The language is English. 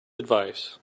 advice